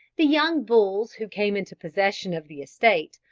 the young bulls who came into possession of the estate,